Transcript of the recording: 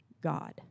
God